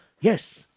Yes